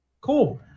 cool